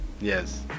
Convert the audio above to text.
Yes